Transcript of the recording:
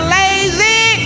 lazy